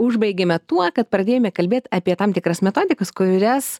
užbaigėme tuo kad pradėjome kalbėt apie tam tikras metodikas kurias